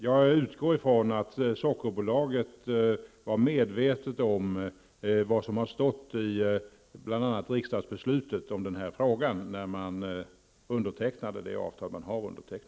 Jag utgår från att man hos Sockerbolaget, när man undertecknade det avtal som är undertecknat, var medveten om vad som står i bl.a. riksdagsbeslutet om den här saken.